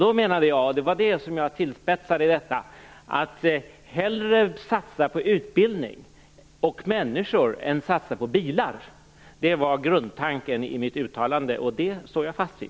Då menade jag, vilket jag uttryckte något tillspetsat, att vi hellre skall satsa på utbildning och människor än satsa på bilar. Det var grundtanken i mitt uttalande, och det står jag fast vid.